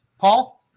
Paul